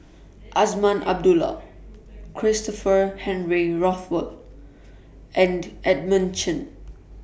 Azman Abdullah Christopher Henry Rothwell and Edmund Chen